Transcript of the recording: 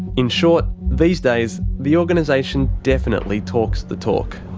in short, these days the organisation definitely talks the talk.